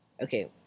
Okay